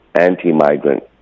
anti-migrant